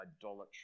idolatry